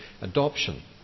adoption